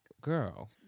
Girl